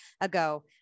ago